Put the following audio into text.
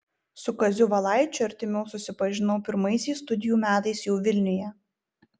su kaziu valaičiu artimiau susipažinau pirmaisiais studijų metais jau vilniuje